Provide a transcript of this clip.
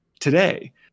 today